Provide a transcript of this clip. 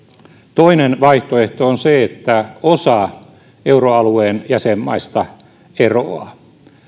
toinen vaihtoehto on se että osa euroalueen jäsenmaista eroaa